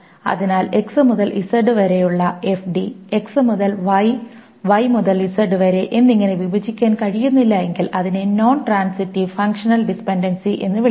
അതിനാൽ X മുതൽ Z വരെയുള്ള FD X മുതൽ Y Y മുതൽ Z വരെ എന്നിങ്ങനെ വിഭജിക്കുവാൻ കഴിയുന്നില്ലെങ്കിൽ അതിനെ നോൺ ട്രാൻസിറ്റീവ് ഫങ്ഷണൽ ഡിപൻഡൻസി എന്ന് വിളിക്കുന്നു